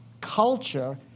culture